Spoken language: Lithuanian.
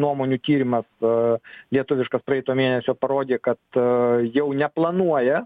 nuomonių tyrimas lietuviškas praeito mėnesio parodė kad jau neplanuoja